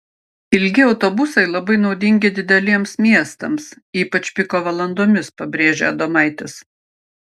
ilgi autobusai labai naudingi dideliems miestams ypač piko valandomis pabrėžė adomaitis